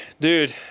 Dude